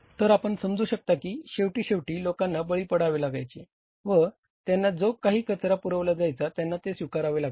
तर आपण समजू शकता की शेवटी शेवटी लोकांना बळी पडावे लागायचे व त्यांना जो काही कचरा पुरवला जायचा त्यांना ते स्वीकारावे लागायचे